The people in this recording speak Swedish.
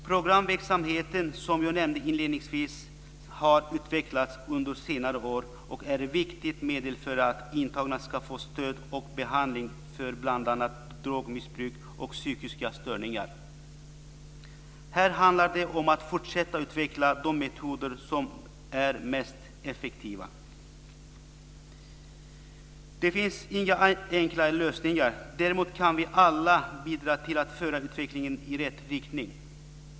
Programverksamheten som jag nämnde inledningsvis har utvecklats under senare år, och är ett viktigt medel för att intagna ska få stöd och behandling för bl.a. drogmissbruk och psykiska störningar. Här handlar det om att fortsätta utveckla de metoder som är mest effektiva. Det finns inga enkla lösningar. Däremot kan vi alla bidra till att föra utvecklingen i rätt riktning.